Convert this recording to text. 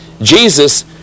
Jesus